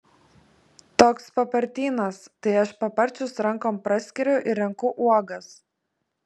toks papartynas tai aš paparčius rankom praskiriu ir renku uogas